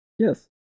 yes